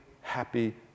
happy